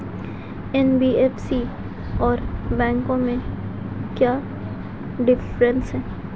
NBFC और बैंकों में क्या डिफरेंस है?